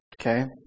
Okay